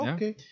Okay